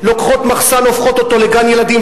לוקחות מחסן הופכות אותו לגן-ילדים,